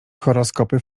horoskopy